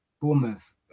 Bournemouth